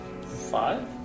Five